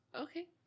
okay